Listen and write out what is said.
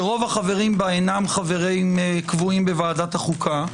שרוב החברים בה אינם חברים קבועים בוועדת החוקה,